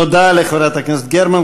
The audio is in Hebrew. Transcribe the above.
תודה לחברת הכנסת גרמן.